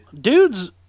Dudes